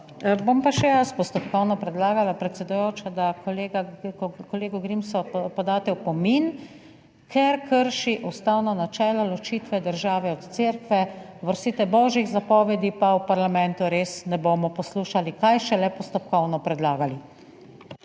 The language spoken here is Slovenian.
Bom pa še jaz postopkovno predlagala, predsedujoča, da kolega, kolegu Grimsu podate opomin, ker krši ustavno načelo ločitve države od cerkve. Oprostite, božjih zapovedi pa v parlamentu res ne bomo poslušali, kaj šele postopkovno predlagali.